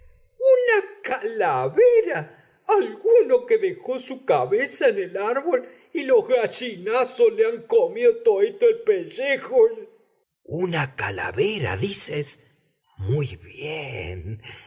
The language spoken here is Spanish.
una calavera alguno que dejó su cabesa en el árbol y los gallinasos le han comío toíto el peyejo una calavera dices muy bien